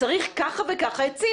צריך כך וכך עצים.